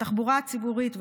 בתחבורה הציבורית וכו',